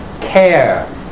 care